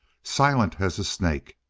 silent as a snake.